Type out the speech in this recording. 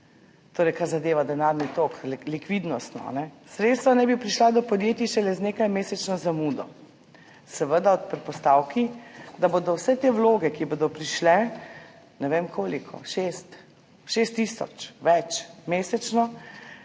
torej kar zadeva denarni tok, likvidnostno. Sredstva naj bi prišla do podjetij šele z nekajmesečno zamudo, seveda ob predpostavki, da bo vse te vloge, ki bodo prišle, ne vem, koliko, 6 tisoč oziroma več mesečno,